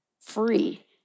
free